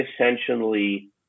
essentially –